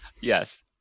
Yes